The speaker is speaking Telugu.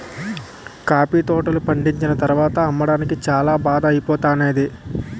కాఫీ తోటలు పండిచ్చిన తరవాత అమ్మకానికి చాల బాధ ఐపోతానేది